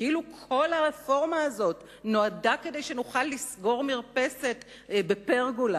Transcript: כאילו כל הרפורמה הזאת נועדה כדי שנוכל לסגור מרפסת בפרגולה.